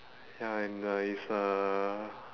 ya and the it's a